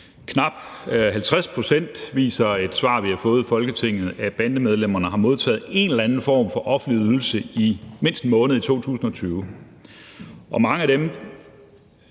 – fordi et svar, vi har fået i Folketinget, viser, at knap 50 pct. af bandemedlemmerne har modtaget en eller anden form for offentlig ydelse i mindst 1 måned i 2020. Og mange af dem